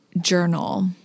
Journal